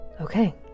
Okay